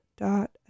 dot